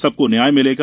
सबको न्याय मिलेगा